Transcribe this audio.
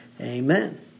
Amen